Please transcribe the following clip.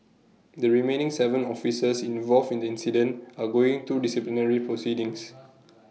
the remaining Seven officers involved in the incident are going through disciplinary proceedings